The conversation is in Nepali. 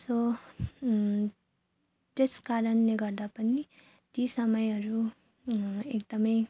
सो त्यस कारणले गर्दा पनि ती समयहरू एकदम